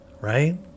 right